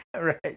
Right